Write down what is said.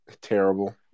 Terrible